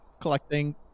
collecting